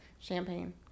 champagne